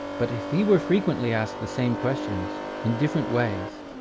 but if he were frequently asked the same questions in different ways,